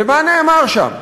ומה נאמר שם?